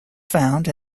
found